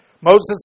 Moses